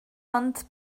ond